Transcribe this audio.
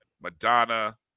Madonna